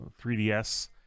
3DS